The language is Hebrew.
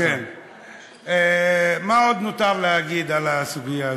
מה עוד נותר להגיד על הסוגיה הזו?